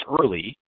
early